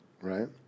Right